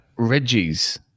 Reggie's